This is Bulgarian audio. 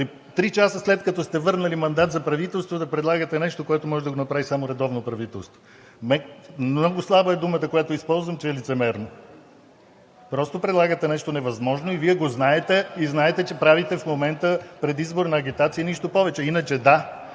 Три часа, след като сте върнали мандат за правителство, да предлагате нещо, което може да го направи само редовно правителство. Много слаба е думата, която използвам, че е лицемерно. Просто предлагате нещо невъзможно и Вие го знаете, и знаете, че правите в момента предизборна агитация и нищо повече. Иначе, да,